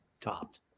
topped